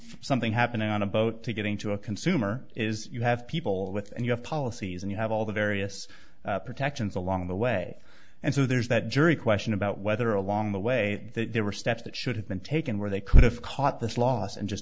something happened on a boat to getting to a consumer is you have people with and you have policies and you have all the various protections along the way and so there's that jury question about whether along the way there were steps that should have been taken where they could have caught this loss and just